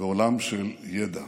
בעולם של ידע.